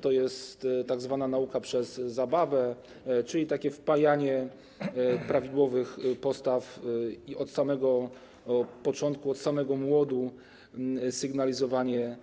To jest tzw. nauka przez zabawę, czyli takie wpajanie prawidłowych postaw od samego początku, od młodości sygnalizowanie